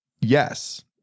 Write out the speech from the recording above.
yes